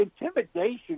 intimidation